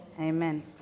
Amen